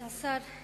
כבוד השר,